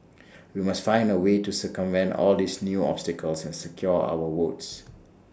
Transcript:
we must find A way to circumvent all these new obstacles and secure our votes